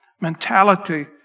mentality